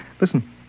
Listen